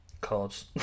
cards